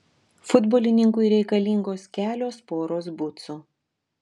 futbolininkui reikalingos kelios poros bucų